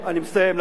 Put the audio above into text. אני מסיים.